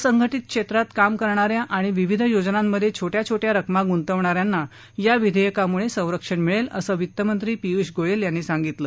असंघटित क्षेत्रात काम करणाऱ्या आणि विविध योजनांमध्ये छोट्या रकमा गुंतवणाऱ्यांना या विधेयकामुळे संरक्षण मिळेल असं वित्त मंत्री पियूष गोयल यांनी सांगितलं